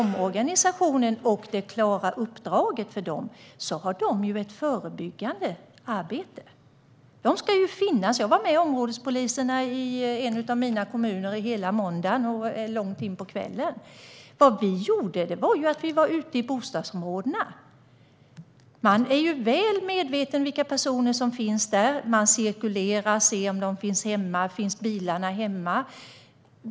Men det klara uppdrag de har fått i omorganisationen är att de ska arbeta förebyggande. Jag var med områdespolisen i en av mina kommuner hela måndagen och långt in på kvällen. Vi var ute i bostadsområdena. Polisen är väl medveten om vilka personer som finns där. Man cirkulerar i området och ser om de är hemma, om deras bilar är hemma.